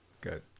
Good